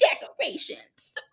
decorations